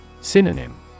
Synonym